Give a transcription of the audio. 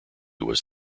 was